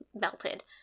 melted